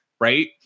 right